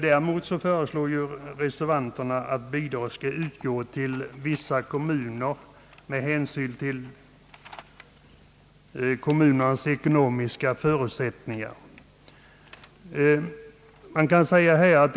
Däremot föreslår reservanterna att bidrag skall utgå till vissa kommuner med hänsyn till kommunernas ekonomiska förutsättningar.